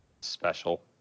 Special